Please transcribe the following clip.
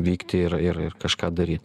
vykti ir ir ir kažką daryt